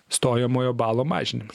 stojamojo balo mažinimas